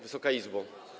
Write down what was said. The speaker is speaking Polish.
Wysoka Izbo!